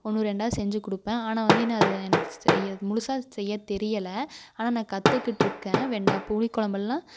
ஒன்று ரெண்டாக செஞ்சுக் கொடுப்பேன் ஆனால் வந்து நான் அதை எனக்கு செய்ய முழுசாக செய்யத் தெரியலை ஆனால் நான் கற்றுக்கிட்ருக்கேன் வெண்டை புளிக்குழம்பெல்லாம்